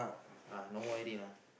uh no more already lah